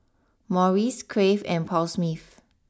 Morries Crave and Paul Smith